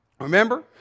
Remember